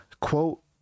quote